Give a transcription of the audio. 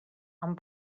amb